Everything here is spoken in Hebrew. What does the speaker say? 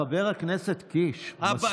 חבר הכנסת קיש, מספיק.